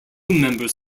members